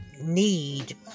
need